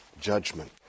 judgment